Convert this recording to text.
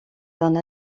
donne